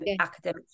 academic